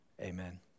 Amen